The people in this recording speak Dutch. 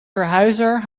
verhuizer